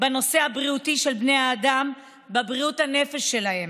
בנושא הבריאותי של בני האדם, בבריאות הנפש שלהם.